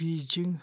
Beijing